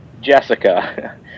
Jessica